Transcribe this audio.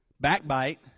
backbite